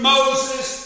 Moses